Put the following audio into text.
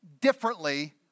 differently